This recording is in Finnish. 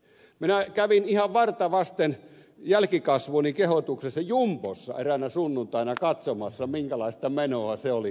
minä kävin ihan varta vasten jälkikasvuni kehotuksesta jumbossa eräänä sunnuntaina katsomassa minkälaista menoa se oli